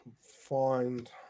find